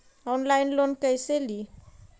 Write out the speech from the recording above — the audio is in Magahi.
ऑनलाइन लोन कैसे ली?